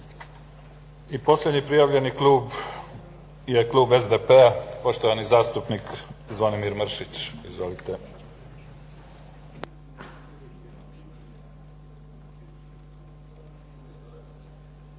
I posljednji prijavljeni klub je klub SDP-a poštovani zastupnik Zvonimir Mršić. Izvolite.